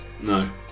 No